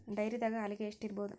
ಡೈರಿದಾಗ ಹಾಲಿಗೆ ಎಷ್ಟು ಇರ್ಬೋದ್?